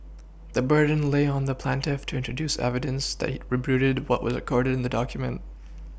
the burden lay on the plaintiff to introduce evidence that it rebutted what was recorded in the document